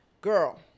Girl